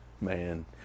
Man